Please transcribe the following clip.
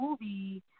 movie